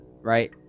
right